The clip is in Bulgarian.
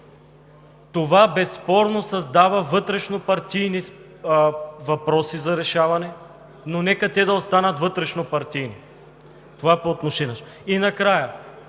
Това безспорно създава вътрешнопартийни въпроси за решаване, но нека те да останат вътрешнопартийни. И накрая: